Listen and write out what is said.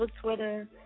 Twitter